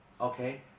Okay